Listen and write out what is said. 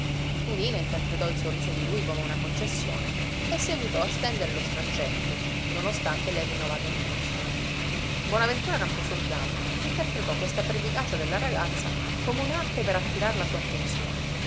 tudina interpretò il sorriso di lui come una concessione e seguitò a stendere lo straccetto non ostante le rinnovate riprensioni bonaventura camposoldani interpretò questa pervicacia della ragazza come un'arte per attirar la sua attenzione